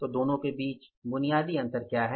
तो दोनों के बीच बुनियादी अंतर क्या है